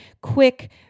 quick